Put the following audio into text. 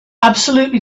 absolutely